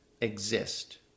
exist